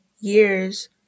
years